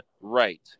right